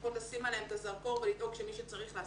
לפחות לשים עליהם את הזרקור ולדאוג שמי שצריך לעשות,